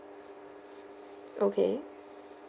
okay